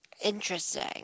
interesting